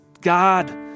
God